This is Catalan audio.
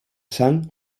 sang